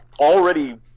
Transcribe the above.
already